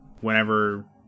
whenever